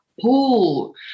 pool